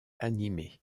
animée